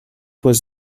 was